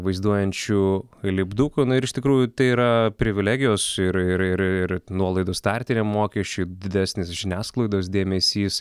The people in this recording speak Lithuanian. vaizduojančių lipdukų na ir iš tikrųjų tai yra privilegijos ir ir ir nuolaidos startiniam mokesčiui didesnis žiniasklaidos dėmesys